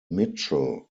mitchell